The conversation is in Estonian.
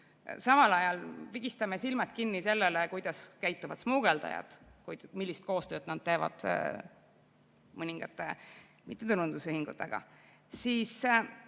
samal ajal pigistame silmad kinni selle ees, kuidas käituvad smugeldajad, millist koostööd nad teevad mõningate mittetulundusühingutega,